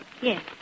Yes